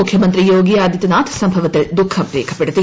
മുഖ്യമന്ത്രി യോഗി ആദിതൃനാഥ് സംഭവത്തിൽ ദുഃഖം രേഖപ്പെടുത്തി